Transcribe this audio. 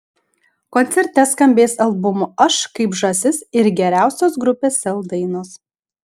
koncerte skambės albumo aš kaip žąsis ir geriausios grupės sel dainos